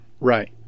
Right